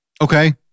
Okay